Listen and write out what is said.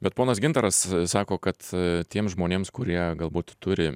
bet ponas gintaras sako kad tiems žmonėms kurie galbūt turi